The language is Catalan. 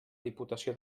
diputació